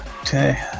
Okay